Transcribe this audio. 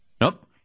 Nope